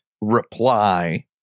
reply